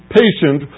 patient